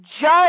judge